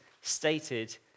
stated